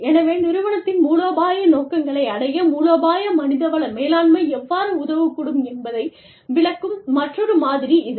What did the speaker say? எனவே நிறுவனத்தின் மூலோபாய நோக்கங்களை அடைய மூலோபாய மனித வள மேலாண்மை எவ்வாறு உதவக்கூடும் என்பதை விளக்கும் மற்றொரு மாதிரி இது